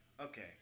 okay